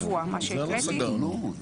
כשכל התכנון הוא בעצם שיכון ודיור,